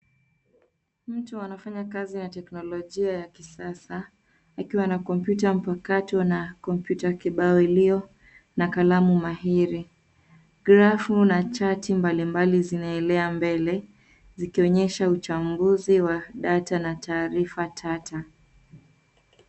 Mtu anafanya kazi ya teknolojia ya kisasa, akiwa na kompyuta mpakato na kompyuta kibao iliyo na kalamu mahiri. Grafu na chati mbalimbali zinaelea mbele, zikionyesha uchambuzi wa data na taarifa tata.